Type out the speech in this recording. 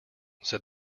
said